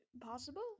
Possible